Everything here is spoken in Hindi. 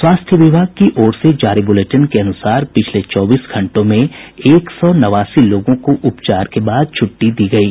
स्वास्थ्य विभाग की बुलेटिन के अनुसार पिछले चौबीस घंटों में एक सौ नवासी लोगों को उपचार के बाद छुट्टी दी गयी